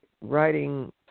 writing